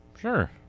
Sure